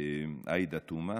עאידה תומא